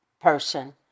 person